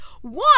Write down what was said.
One